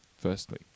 firstly